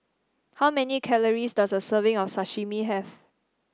how many calories does a serving of Sashimi have